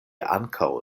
ankaŭ